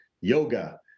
yoga